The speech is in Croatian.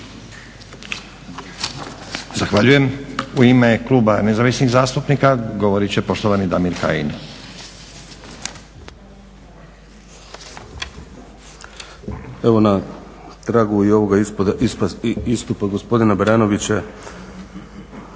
Zahvaljujem. U ime kluba Nezavisnih zastupnika govorit će poštovani Damir Kajin. **Kajin, Damir (ID - DI)** Evo na tragu i ovoga istupa gospodina Baranovića